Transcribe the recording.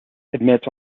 admits